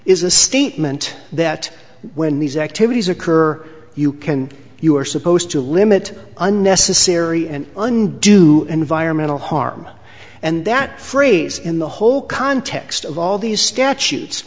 is a statement that when these activities occur you can you are supposed to limit unnecessary and undo environmental harm and that phrase in the whole context of all these statutes